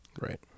Right